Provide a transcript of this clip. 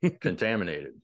contaminated